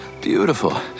beautiful